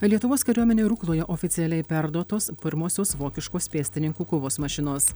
lietuvos kariuomenei rukloje oficialiai perduotos pirmosios vokiškos pėstininkų kovos mašinos